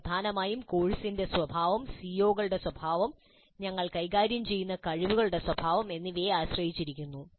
ഇത് പ്രധാനമായും കോഴ്സിന്റെ സ്വഭാവം സിഒകളുടെ സ്വഭാവം ഞങ്ങൾ കൈകാര്യം ചെയ്യുന്ന കഴിവുകളുടെ സ്വഭാവം എന്നിവയെ ആശ്രയിച്ചിരിക്കുന്നു